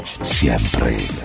siempre